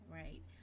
right